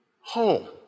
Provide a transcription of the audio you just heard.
home